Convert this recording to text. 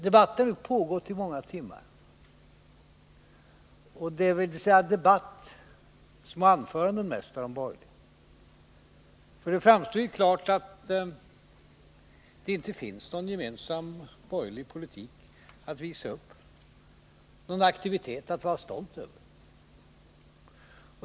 Debatten har pågått i många timmar — dvs. det har väl inte varit så mycket debatt utan mera anföranden från de borgerliga. För det framstår klart att det inte finns någon gemensam borgerlig politik att visa upp, ingen aktivitet att vara stolt över.